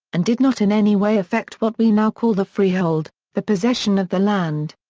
and did not in any way affect what we now call the freehold, the possession of the land.